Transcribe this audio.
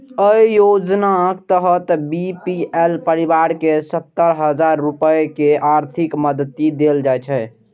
अय योजनाक तहत बी.पी.एल परिवार कें सत्तर हजार रुपैया के आर्थिक मदति देल जाइ छै